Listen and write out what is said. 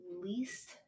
least